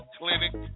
clinic